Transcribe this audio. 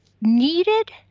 needed